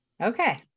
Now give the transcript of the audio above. Okay